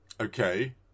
Okay